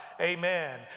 amen